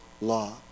law